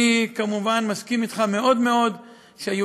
אני כמובן מסכים אתך מאוד מאוד שהיהודים